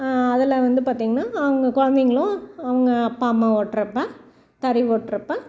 அதில் வந்து பார்த்தீங்கன்னா அவங்க கொழந்தைங்களும் அவங்க அப்பா அம்மா ஓட்டுறப்ப தறி ஓட்டுறப்ப